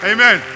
Amen